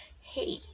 hey